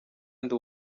ndi